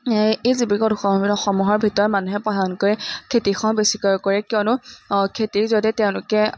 এই জীৱিকৰ উৎসসমূহৰ ভিতৰত মানুহে প্ৰধানকৈ খেতিসমূহ বেছিকৈ কৰে কিয়নো খেতিৰ জৰিয়তে তেওঁলোকে